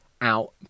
out